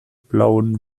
blauen